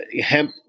hemp